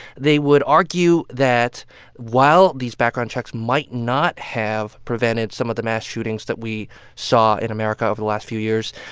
they would argue that while these background checks might not have prevented some of the mass shootings that we saw in america over the last few years,